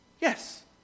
Yes